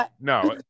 no